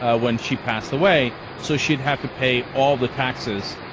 ah when she passed away so she'd have to pay all the taxes